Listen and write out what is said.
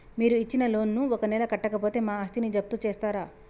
మీరు ఇచ్చిన లోన్ ను ఒక నెల కట్టకపోతే మా ఆస్తిని జప్తు చేస్తరా?